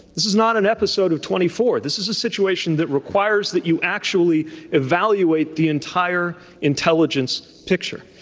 this is not an episode of twenty four. this is a situation that requires that you actually evaluate the entire intelligence picture.